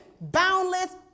boundless